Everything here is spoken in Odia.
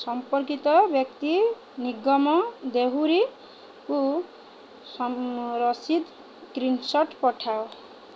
ସମ୍ପର୍କିତ ବ୍ୟକ୍ତି ନିଗମ ଦେହୁରୀଙ୍କୁ ସମ ରସିଦ ସ୍କ୍ରିନଶଟ୍ ପଠାଅ